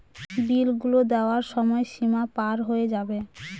বিল গুলো দেওয়ার সময় সীমা পার হয়ে যাবে